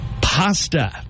Pasta